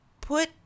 put